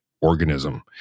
organism